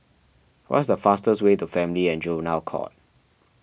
what is the fastest way to Family and Juvenile Court